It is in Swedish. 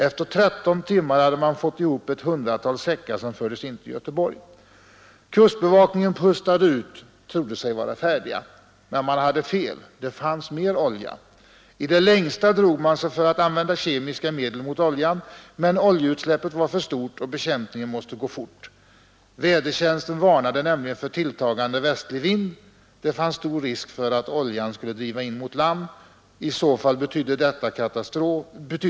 Efter 13 timmar hade man fått ihop ett 100-tal säckar som fördes in till Göteborg. Kustbevakningen pustade ut, trodde sig vara färdig. Men man hade fel — det fanns mer olja. I det längsta drog man sig för att använda kemiska medel mot oljan. Men oljeutsläppet var för stort och bekämpningen måste gå fort. Väderlekstjänsten varnade nämligen för tilltagande västlig vind. Det fanns stor risk för att oljan skulle driva in mot land. I så fall betydde det katastrof.